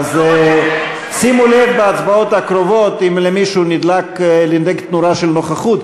שימו לב בהצבעות הקרובות אם למישהו נדלקת נורה של נוכחות,